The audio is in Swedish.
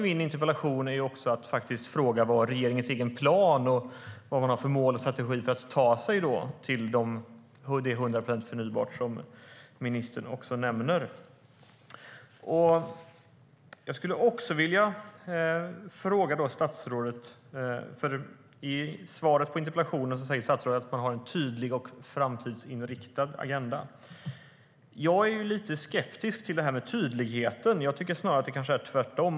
Min interpellation syftar också till att fråga om regeringens egen plan och vad man har för mål och strategi för att ta sig till de 100 procent förnybart som ministern nämner.I interpellationssvaret säger statsrådet att "regeringen har en tydlig och framtidsinriktad agenda". Jag är lite skeptisk till det här med tydligheten. Jag tycker snarare att det är tvärtom.